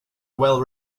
well